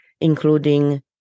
including